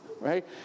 Right